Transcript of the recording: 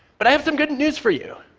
but i have some good news for you.